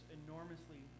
enormously